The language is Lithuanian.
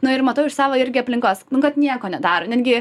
nu ir matau iš savo irgi aplinkos nu kad nieko nedaro netgi